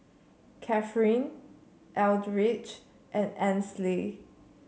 Cathryn Eldridge and Ansley